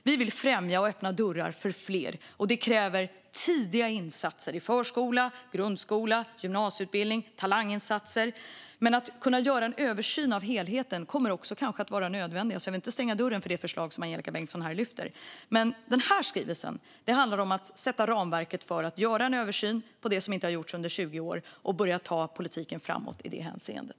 Vi vill främja och öppna dörrar för fler, och det kräver tidiga insatser i förskola, grundskola, gymnasieskola och talanginsatser. Att göra en översyn av helheten kommer kanske också att vara nödvändigt, så jag vill inte stänga dörren för det förslag som Angelika Bengtsson här lyfter fram. Men den här skrivelsen handlar om att sätta ramverket för en översyn, vilket inte har gjorts under 20 år, och börja ta politiken framåt i det hänseendet.